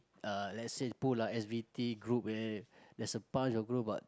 uh let's say pool ah S_B_T group where there's a pile of group what